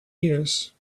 ears